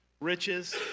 riches